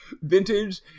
vintage